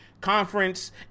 conference